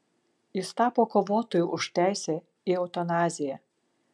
jis tapo kovotoju už teisę į eutanaziją